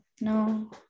No